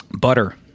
butter